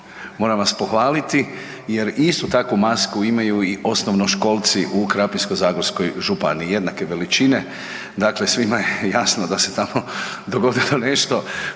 moram vas pohvaliti jer istu takvu masku imaju i osnovnoškolci u Krapinsko-zagorskoj županiji, jednake veličine, dakle svima je jasno da se tamo dogodilo nešto